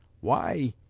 why,